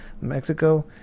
Mexico